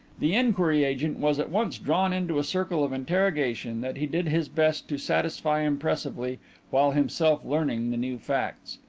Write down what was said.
the inquiry agent was at once drawn into a circle of interrogation that he did his best to satisfy impressively while himself learning the new facts.